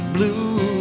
Blue